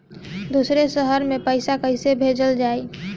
दूसरे शहर में पइसा कईसे भेजल जयी?